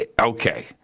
okay